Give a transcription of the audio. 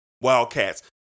Wildcats